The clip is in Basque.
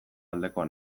aldekoa